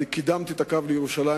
אני קידמתי את הקו לירושלים,